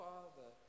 Father